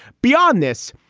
beyond this,